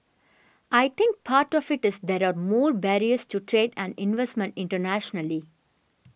I think part of it is there are more barriers to trade and investment internationally